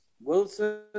Wilson